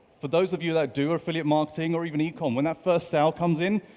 for those of you that do affiliate marketing or even ecom, when that first sale comes in,